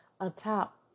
Atop